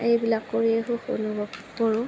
এইবিলাক কৰি সুখ অনুভৱ কৰোঁ